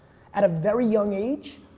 at a very young age,